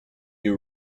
you